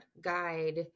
guide